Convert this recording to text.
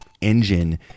engine